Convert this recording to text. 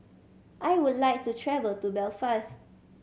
I would like to travel to Belfast